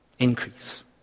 Increase